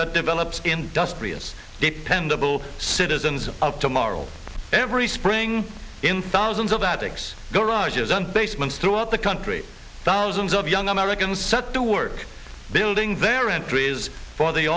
that develops industrious dependable citizens of tomorrow every spring in thousands of that excess garages and basements throughout the country thousands of young americans set to work building their entries for the